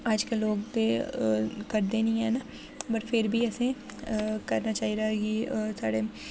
अज्जकल लोग ते करदे निं हैन वट् फिर बी असें करना चाहि्दा कि साढ़े